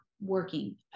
working